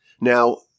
Now